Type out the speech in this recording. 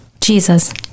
Jesus